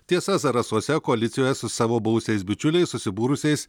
tiesa zarasuose koalicijoje su savo buvusiais bičiuliais susibūrusiais